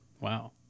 Wow